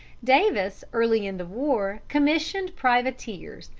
davis early in the war commissioned privateers,